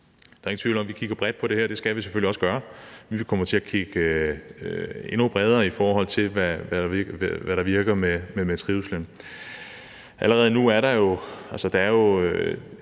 Der er ingen tvivl om, at vi kigger bredt på det her; det skal vi selvfølgelig også gøre. Vi kommer til at kigge endnu bredere på, hvad der virker i forhold